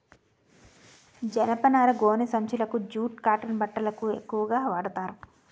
జనపనార గోనె సంచులకు జూట్ కాటన్ బట్టలకు ఎక్కువుగా వాడతారు